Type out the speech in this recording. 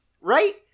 Right